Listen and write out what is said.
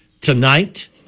tonight